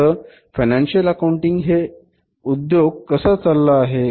फक्त financial accounting हे उद्योग कसा चालला आहे